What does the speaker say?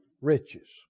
riches